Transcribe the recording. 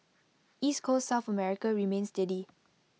East Coast south America remained steady